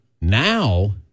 Now